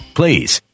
please